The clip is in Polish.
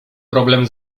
problem